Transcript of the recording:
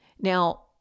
Now